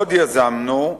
עוד יזמנו,